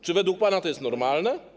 Czy według pana to jest normalne?